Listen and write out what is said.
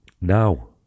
Now